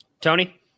Tony